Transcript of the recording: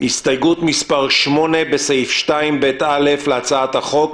הסתייגות מס' 8. בסעיף 2ב(א) להצעת החוק,